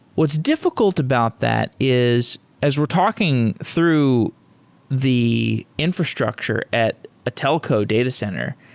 what's difficult about that is as we're talking through the infrastructure at a telco data center,